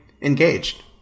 engaged